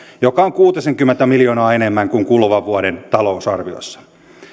joka on kuutisenkymmentä miljoonaa enemmän kuin kuluvan vuoden talousarviossa